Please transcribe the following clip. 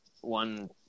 one